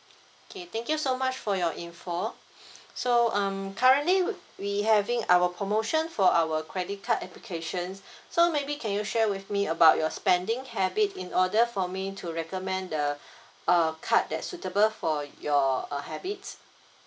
okay thank you so much for your info so um currently we having our promotion for our credit card applications so maybe can you share with me about your spending habits in order for me to recommend the uh card that suitable for your uh habit